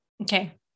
Okay